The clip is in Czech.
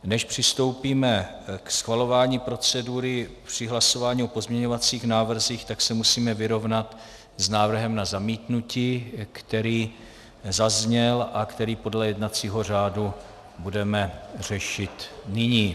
Než přistoupíme ke schvalování procedury při hlasování o pozměňovacích návrzích, tak se musíme vyrovnat s návrhem na zamítnutí, který zazněl a který podle jednacího řádu budeme řešit nyní.